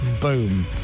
Boom